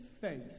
faith